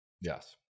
Yes